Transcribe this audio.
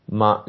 ma